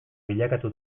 bilakatu